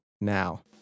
now